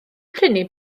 prynu